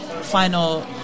final